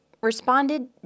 responded